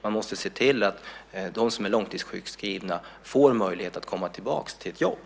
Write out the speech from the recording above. Man måste se till att de som är långtidssjukskrivna får möjlighet att komma tillbaka till ett jobb.